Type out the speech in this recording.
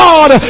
God